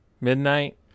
midnight